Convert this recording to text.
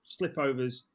slipovers